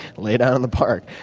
lay down in the park.